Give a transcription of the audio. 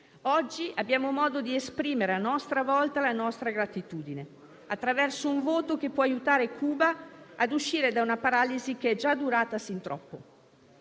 Oggi abbiamo modo di esprimere, a nostra volta, gratitudine attraverso un voto che può aiutare Cuba a uscire da una paralisi che è già durata sin troppo.